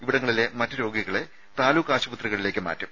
ഇവിടങ്ങളിലെ മറ്റ് രോഗികളെ താലൂക്ക് ആശുപത്രികളിലേക്ക് മാറ്റും